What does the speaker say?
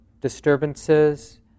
disturbances